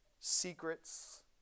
secrets